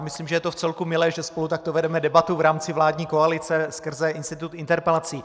Myslím si, že je to vcelku milé, že spolu takto vedeme debatu v rámci vládní koalice skrze institut interpelací.